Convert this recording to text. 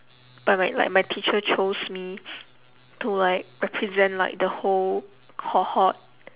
by my like my teacher chose me to like represent like the whole cohort